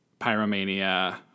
pyromania